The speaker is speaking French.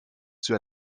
due